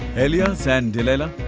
ilias and delilah,